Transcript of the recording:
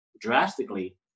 drastically